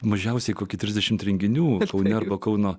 mažiausiai kokie trisdešimt renginių kaune arba kauno